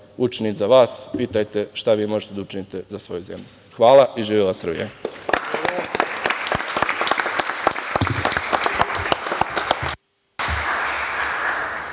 učini za vas, pitajte šta vi možete da učinite za svoju zemlju".Živela Srbija.